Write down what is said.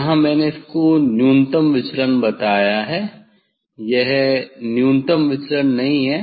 यहाँ मैंने इसको न्यूनतम विचलन बताया यह न्यूनतम विचलन नहीं है